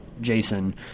Jason